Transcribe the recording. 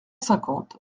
cinquante